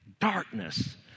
Darkness